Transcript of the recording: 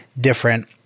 different